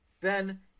Ben